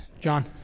John